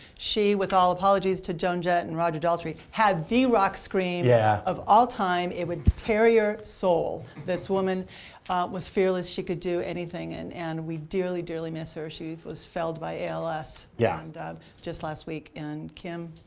she, with all apologies to joan jett and roger daltrey had the rock scream yeah of all time. it would tear your soul. this woman was fearless. she could do anything. and and we dearly, dearly miss her. she was felled by als. yeah. and just last week. and kim,